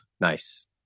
Nice